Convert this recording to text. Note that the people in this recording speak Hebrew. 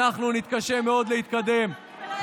אנחנו נתקשה מאוד להתקדם.